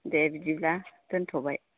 दे बिदिब्ला दोन्थ'बाय